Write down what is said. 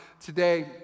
today